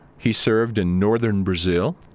he served in northern brazil,